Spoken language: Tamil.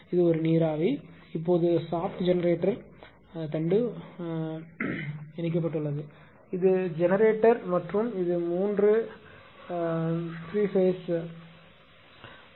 இது ஒரு நீராவி இப்போது சாப்ட் ஜெனரேட்டர் தண்டு வலத்துடன் இணைக்கப்பட்டுள்ளது இது ஜெனரேட்டர் மற்றும் இது 3 கட்ட வரிசை